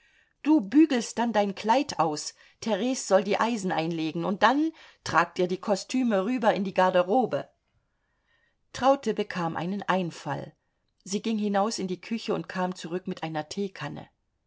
du bügelst dann dein kleid aus theres soll die eisen einlegen und dann tragt ihr die kostüme rüber in die garderobe traute bekam einen einfall sie ging hinaus in die küche und kam zurück mit einer teekanne